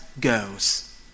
goes